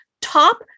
Top